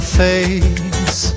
face